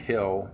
Hill